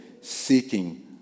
seeking